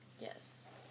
Yes